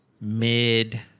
mid